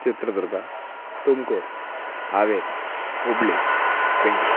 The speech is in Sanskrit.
चित्रदुर्गा तुम्कूर् हावेरि हुब्ळि बेङ्गळूर्